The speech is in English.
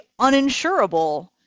uninsurable